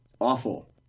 awful